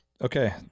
Okay